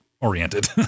oriented